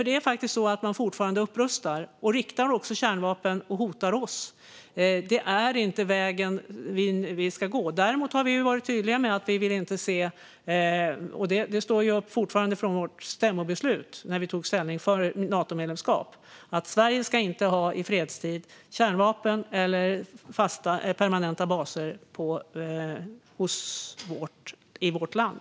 Det är faktiskt så att man fortfarande upprustar och även riktar kärnvapen och hotar oss. Detta är inte vägen vi ska gå. Däremot har vi varit tydliga med - det står fast sedan vårt stämmobeslut när vi tog ställning för Natomedlemskap - att vi inte vill se att Sverige i fredstid har kärnvapen eller fasta permanenta baser i vårt land.